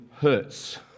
hurts